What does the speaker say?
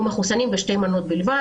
או מחוסנים בשתי מנות בלבד.